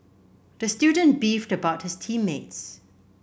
the student beefed about his team mates